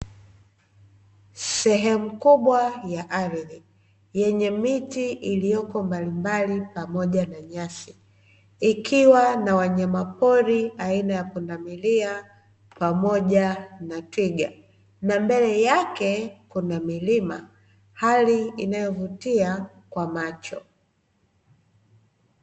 Sehemu kubwa ya ardhi, yenye miti iliyopo mbalimbali pamoja na nyasi, ikiwa na wanyama pori aina ya pundamilia pamoja na twiga, na mbele yake kuna milima, hali inayovutia kwa macho.